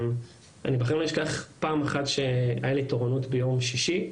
לא אשכח שהייתה לי פעם תורנות ביום שישי.